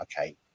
okay